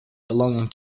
belonging